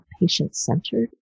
patient-centered